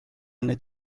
need